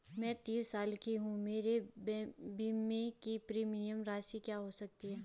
मैं तीस साल की हूँ मेरे बीमे की प्रीमियम राशि क्या हो सकती है?